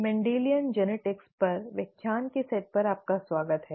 Mendelian genetics Genetics' पर व्याख्यान के सेट पर आपका स्वागत है